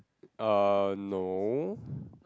uh no